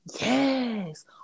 yes